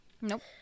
Nope